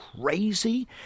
crazy